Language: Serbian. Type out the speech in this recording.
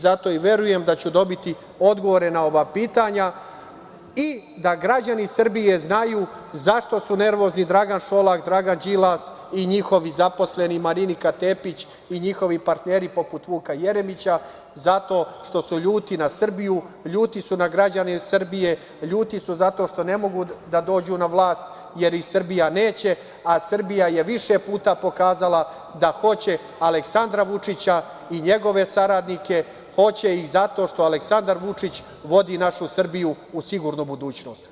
Zato i verujem da ću dobiti odgovore na ova pitanja i da građani Srbije znaju zašto su nervozni Dragan Šolak, Dragan Đilas i njihovi zaposleni Marinika Tepić i njihovi partneri, poput Vuka Jeremića, zato što su ljuti na Srbiju, ljuti su na građane Srbije, ljuti su zato što ne mogu da dođu na vlast jer ih Srbija neće, a Srbija je više puta pokazala da hoće Aleksandra Vučića i njegove saradnike, hoće ih zato što Aleksandar Vučić vodi našu Srbiju u sigurnu budućnost.